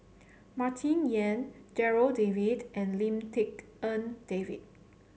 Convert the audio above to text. Martin Yan Darryl David and Lim Tik En David